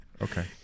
Okay